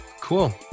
Cool